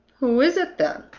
who is it, then?